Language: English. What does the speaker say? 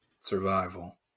Survival